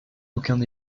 aucun